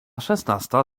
szesnasta